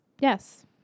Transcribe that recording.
Yes